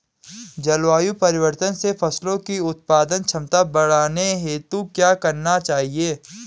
जलवायु परिवर्तन से फसलों की उत्पादन क्षमता बढ़ाने हेतु क्या क्या करना चाहिए?